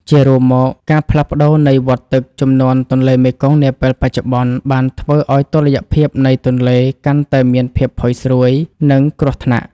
ជារួមមក ការផ្លាស់ប្តូរនៃវដ្តទឹកជំនន់ទន្លេមេគង្គនាពេលបច្ចុប្បន្ន បានធ្វើឱ្យតុល្យភាពនៃទន្លេ កាន់តែមានភាពផុយស្រួយ និងគ្រោះថ្នាក់។